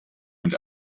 mit